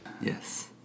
Yes